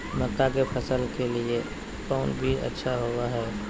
मक्का के फसल के लिए कौन बीज अच्छा होबो हाय?